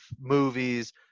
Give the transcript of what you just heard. movies